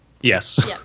Yes